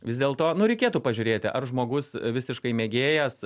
vis dėlto nu reikėtų pažiūrėti ar žmogus visiškai mėgėjas